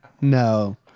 No